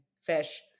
fish